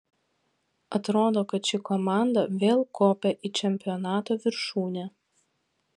atrodo kad ši komanda vėl kopia į čempionato viršūnę